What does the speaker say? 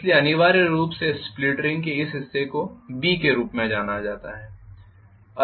इसलिए अनिवार्य रूप से स्प्लिट रिंग के इस हिस्से को B के रूप में जाना जाता हूं